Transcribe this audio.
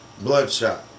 Bloodshot